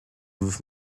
with